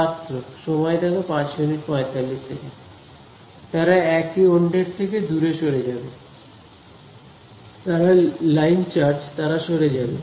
ছাত্র তারা একে অন্যের থেকে দূরে সরে যাবে তারা লাইন চার্জ তারা সরে যাবে